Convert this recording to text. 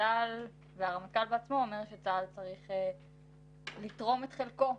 צה"ל והרמטכ"ל בעצמו אומר שצה"ל צריך לתרום את חלקו,